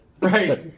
Right